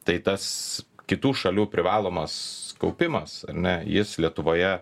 tai tas kitų šalių privalomas kaupimas ar ne jis lietuvoje